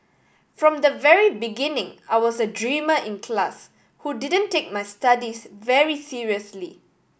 from the very beginning I was a dreamer in class who didn't take my studies very seriously